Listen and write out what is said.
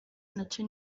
nacyo